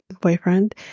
boyfriend